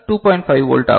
5 volt ஆகும்